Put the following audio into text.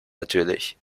natürlich